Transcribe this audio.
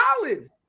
solid